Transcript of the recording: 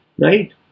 right